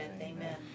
Amen